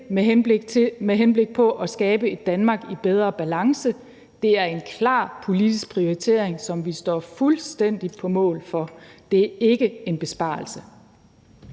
med henblik på at skabe et Danmark i bedre balance. Det er en klar politisk prioritering, som vi står fuldstændig på mål for. Det er ikke en besparelse.